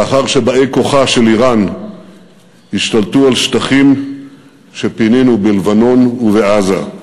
לאחר שבאי-כוחה של איראן השתלטו על שטחים שפינינו בלבנון ובעזה.